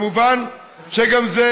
מובן שגם זה,